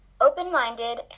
open-minded